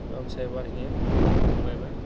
सब छै बढ़िएँ घुमैमे